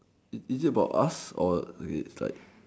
is it about us or like